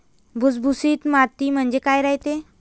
भुसभुशीत माती म्हणजे काय रायते?